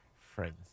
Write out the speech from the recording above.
friends